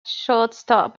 shortstop